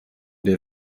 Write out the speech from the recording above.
der